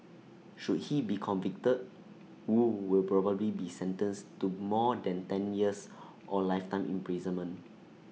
should he be convicted wu will probably be sentenced to more than ten years or lifetime imprisonment